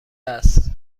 است